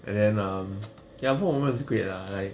and then um ya book of mormon was great lah like